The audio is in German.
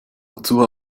wozu